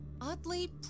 Oddly